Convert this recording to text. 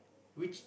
which